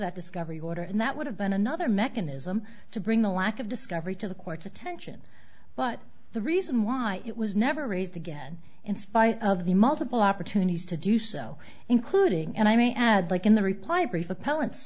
that discovery order and that would have been another mechanism to bring the lack of discovery to the court's attention but the reason why it was never raised again in spite of the multiple opportunities to do so including and i may add like in the reply brief app